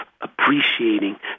appreciating